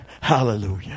Hallelujah